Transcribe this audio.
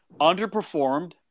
underperformed